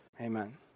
Amen